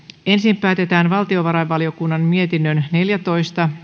ensin päätetään valtiovarainvaliokunnan mietinnön neljätoista